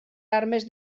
armes